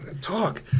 talk